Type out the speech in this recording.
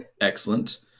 Excellent